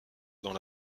dans